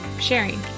sharing